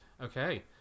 Okay